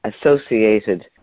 associated